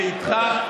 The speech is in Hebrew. ואיתך.